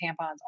tampons